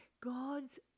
God's